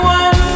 one